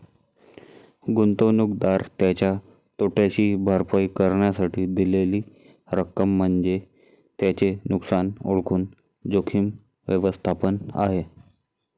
गुंतवणूकदार त्याच्या तोट्याची भरपाई करण्यासाठी दिलेली रक्कम म्हणजे त्याचे नुकसान ओळखून जोखीम व्यवस्थापन आहे